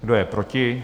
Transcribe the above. Kdo je proti?